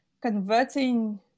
converting